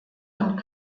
und